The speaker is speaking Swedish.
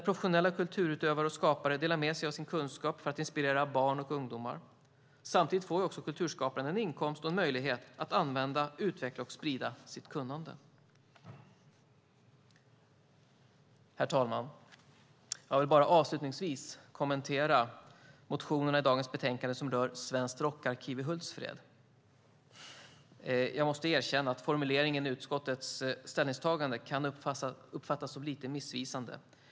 Professionella kulturutövare och skapare delar där med sig av sin kunskap för att inspirera barn och ungdomar. Samtidigt får kulturskaparen en inkomst och en möjlighet att använda, utveckla och sprida sitt kunnande. Herr talman! Jag vill avslutningsvis kommentera motionerna i dagens betänkande som rör Svenskt Rockarkiv i Hultsfred. Jag måste erkänna att formuleringen i utskottets ställningstagande kan uppfattas som lite missvisande.